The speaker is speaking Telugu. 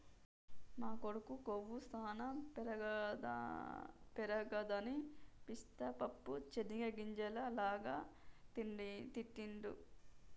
మా కొడుకు కొవ్వు సానా పెరగదని పిస్తా పప్పు చేనిగ్గింజల లాగా తింటిడు